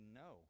no